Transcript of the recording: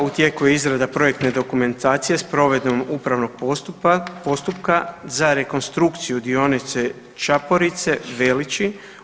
U tijeku je izrada projektne dokumentacije s provedbom upravnog postupka za rekonstrukciju dionice Čaporice – Velići.